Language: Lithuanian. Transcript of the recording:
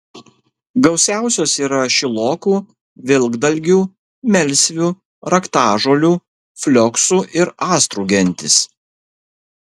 gausiausios yra šilokų vilkdalgių melsvių raktažolių flioksų ir astrų gentys